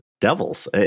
devils